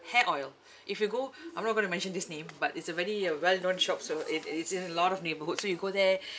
hair oil if you go I'm not going to mention this name but it's a very uh well known shops so it is it's in a lot of neighborhoods so you go there